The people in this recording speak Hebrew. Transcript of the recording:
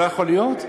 להיות?